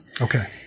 Okay